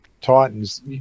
titans